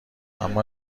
اما